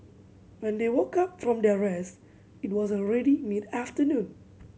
when they woke up from their rest it was already mid afternoon